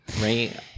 right